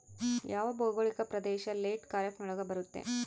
ಯಾವ ಭೌಗೋಳಿಕ ಪ್ರದೇಶ ಲೇಟ್ ಖಾರೇಫ್ ನೊಳಗ ಬರುತ್ತೆ?